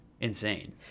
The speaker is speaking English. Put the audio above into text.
insane